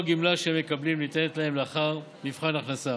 הגמלה שהם מקבלים ניתנת להם לאחר מבחן הכנסה,